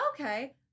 Okay